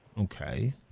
Okay